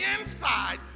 inside